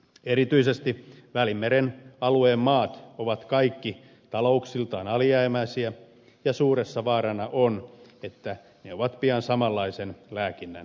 erityisesti välimeren alueen maat ovat kaikki talouksiltaan alijäämäisiä ja suurena vaarana on että ne ovat pian samanlaisen lääkinnän tarpeessa